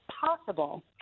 possible